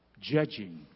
Judging